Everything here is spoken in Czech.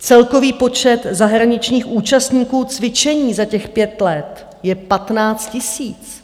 Celkový počet zahraničních účastníků cvičení za těch pět let je 15 000.